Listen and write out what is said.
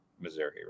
Missouri